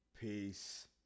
peace